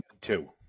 two